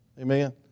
amen